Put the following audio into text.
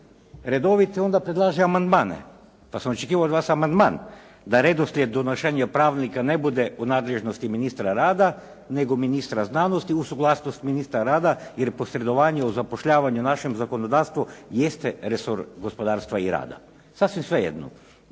redovito onda predlaže amandmane pa sam očekivao od vas amandman da redoslijed donošenja pravilnika ne bude u nadležnosti ministra rada nego ministra znanosti uz suglasnost ministra rada jer posredovanje u zapošljavanju u našem zakonodavstvu jeste resor gospodarstva i rada. Sasvim svejedno.